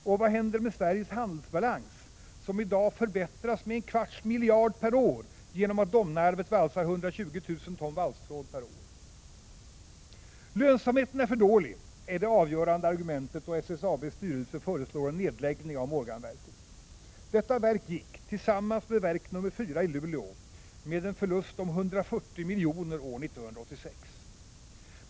Och vad händer med Sveriges handelsbalans, som i dag förbättras med en kvarts miljard per år genom att Domnarvet valsar 120 000 ton valstråd per år? Lönsamheten är för dålig, är säkert det avgörande argumentet då SSAB:s styrelse föreslår en nedläggning av Morganverket. Detta verk gick — tillsammans med verk nr 4 i Luleå — med en förlust om 140 miljoner år 1986.